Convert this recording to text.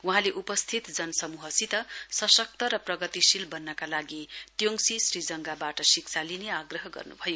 वहाँले उपस्थित जनसमूहसित सशक्त र प्रगतिशील बन्नका लागि त्योङसी श्रीजंगाबाट शिक्षा लिने आग्रह गर्नुभयो